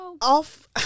Off